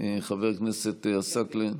חבר הכנסת עסאקלה,